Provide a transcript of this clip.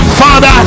father